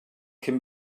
cyn